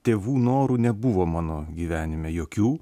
tėvų norų nebuvo mano gyvenime jokių